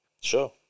sure